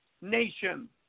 nation